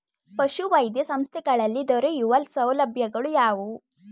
ಪಶುವೈದ್ಯ ಸಂಸ್ಥೆಗಳಲ್ಲಿ ದೊರೆಯುವ ಸೌಲಭ್ಯಗಳು ಯಾವುವು?